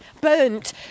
burnt